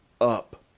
up